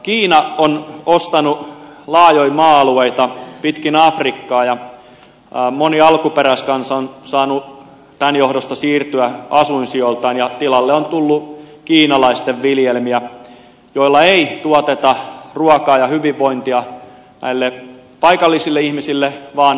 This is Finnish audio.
kiina on ostanut laajoja maa alueita pitkin afrikkaa ja moni alkuperäiskansa on saanut tämän johdosta siirtyä asuinsijoiltaan ja tilalle on tullut kiinalaisten viljelmiä joilla ei tuoteta ruokaa ja hyvinvointia näille paikallisille ihmisille vaan kiinalaisille